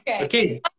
Okay